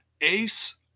Ace